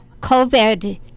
COVID